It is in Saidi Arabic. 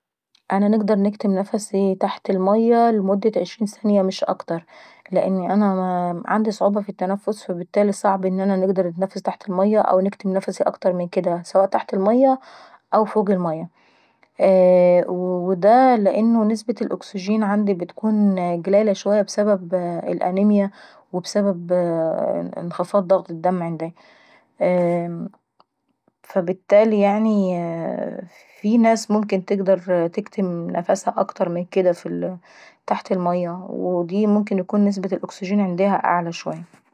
انا نقدر نكتم نفسي تحت المية لمدة عشرين ثانية مش اكتر لان انا عيندي صعوبة في التنفس. فالبتالي صعب ان انا نتنفس تحت المية أو نكتم نفسي اكتر من كديه. سواء تحت المية او فوق المية. ودا لان نسبة الاكسجين عيندي بتقول قليلة بسبب الانيميا وبسبب انخاض ضغط الدم عينداي. فالبتالي يعني في ناس تقدر تكتم نفسها اكتر من كديه تحت المية لان نسبة الاكسجين ممكن تكون عنديهم أعلى شويي.